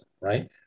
right